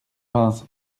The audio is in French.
vingt